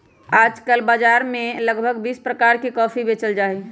आजकल बाजार में लगभग बीस प्रकार के कॉफी बेचल जाहई